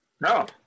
No